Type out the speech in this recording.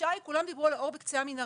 התחושה היא שכולם דיברו על האור בקצה המנהרה,